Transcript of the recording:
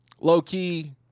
Low-key